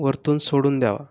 वरतून सोडून द्यावा